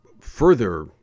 further